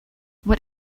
what